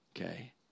Okay